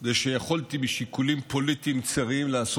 זה שיכולתי משיקולים פוליטיים צרים לעשות